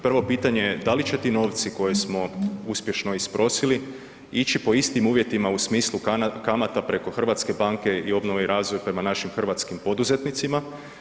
Prvo pitanje je da li će ti novci koje smo uspješno isprosili ići po istim uvjetima u smislu kamata preko Hrvatske banke i obnove i razvoj prema našim hrvatskim poduzetnicima.